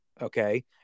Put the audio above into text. Okay